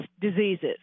diseases